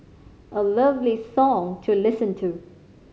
a lovely song to listen to